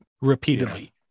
repeatedly